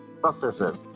processes